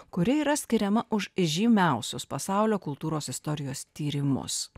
kuri yra skiriama už žymiausius pasaulio kultūros istorijos tyrimus